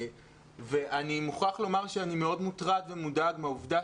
אני מוכרח לומר שאני מאוד מוטרד ומודאג מהעובדה